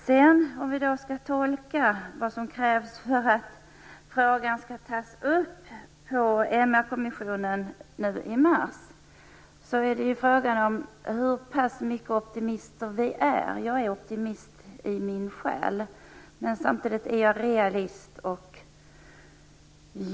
När det sedan gäller att tolka vad som krävs för att frågan skall tas upp i MR-kommisionen nu i mars, är frågan hur pass mycket optimister vi är. Jag är optimist i själen, men samtidigt är jag realist.